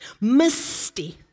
misty